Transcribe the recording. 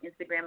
Instagram